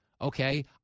Okay